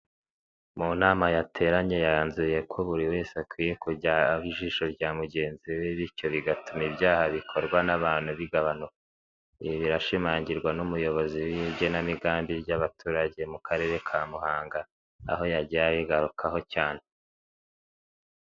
Mu nama yateranye yanzuye ko buri wese akwiye kujya aba ijisho rya mugenzi we bityo bigatuma ibyaha bikorwa n'abantu bigabanuka, ibi birashimangirwa n'umuyobozi w'igenamigambi ry'abaturage mu karere ka Muhanga aho yagiye abigarukaho cyane.